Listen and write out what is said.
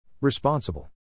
Responsible